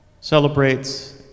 celebrates